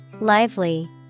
Lively